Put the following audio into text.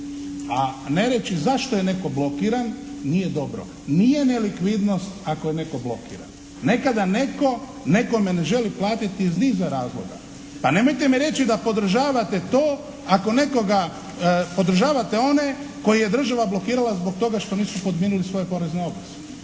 a ne reći zašto je netko blokiran nije dobro. Nije nelikvidnost ako je netko blokiran. Nekada netko nekome ne želi platiti iz niza razloga. Pa nemojte mi reći da podržavate to, ako nekoga, podržavate one koje je država blokirala zbog toga što nisu podmirili svoje porezne obveze.